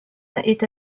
est